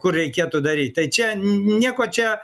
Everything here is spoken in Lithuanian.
kur reikėtų daryt tai čia nieko čia